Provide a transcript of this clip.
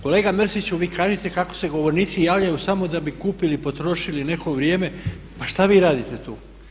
Kolega Mrsiću vi kažete kako se govornici javljaju samo da bi kupili, potrošili neko vrijeme, pa šta vi radite tu?